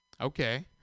Okay